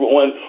one